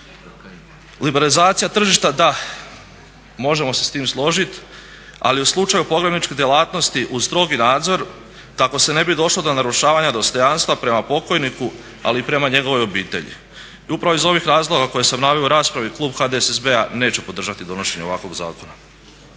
Liberalizacija tržišta da, možemo se sa time složiti ali u slučaju pogrebničke djelatnosti uz strogi nadzor kako se ne bi došlo do narušavanja dostojanstva prema pokojniku ali i prema njegovoj obitelji. I upravo iz ovih razloga koje sam naveo u raspravi klub HDSSB-a neće podržati donošenje ovakvog zakona.